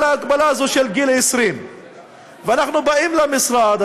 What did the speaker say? ההגבלה הזו של גיל 20. ואנחנו באים למשרד,